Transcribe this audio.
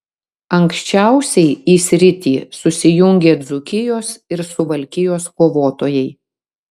anksčiausiai į sritį susijungė dzūkijos ir suvalkijos kovotojai